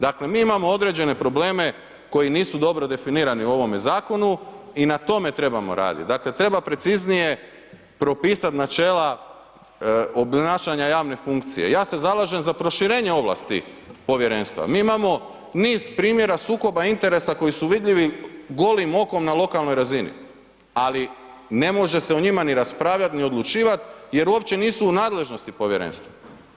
Dakle, mi imamo određene probleme koji nisu dobro definirani u ovome zakonu i na tome trebamo radit, dakle, treba preciznije propisat načela obnašanja javne funkcije, ja se zalažem za proširenje ovlasti povjerenstva, mi imamo niz primjera sukoba interesa koji su vidljivi golim okom na lokalnoj razini, ali ne može se o njima ni raspravljat, ni odlučivat jer uopće nisu u nadležnosti povjerenstva.